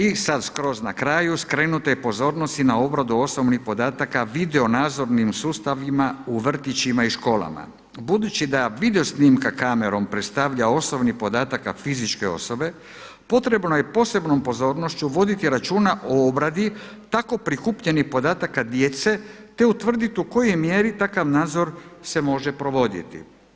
I sada skroz na kraju, skrenuta je pozornost i na obradu osobnih podataka video nadzornim sustavima u vrtićima i školama budući da video snimka kamerom predstavlja osobni podatak fizičke osobe, potrebno je posebnom pozornošću voditi računa o obradi tako prikupljenih podataka djece te utvrditi u kojoj mjeri takav nadzor se može provoditi.